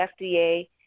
fda